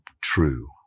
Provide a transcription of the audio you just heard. true